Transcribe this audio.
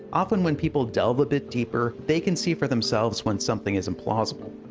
often, when people delve a bit deeper, they can see for themselves when something is implausible.